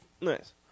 Nice